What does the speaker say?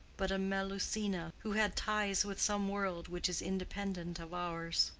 but a melusina, who had ties with some world which is independent of ours.